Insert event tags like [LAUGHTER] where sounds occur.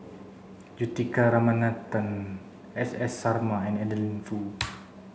Juthika Ramanathan S S Sarma and Adeline Foo [NOISE]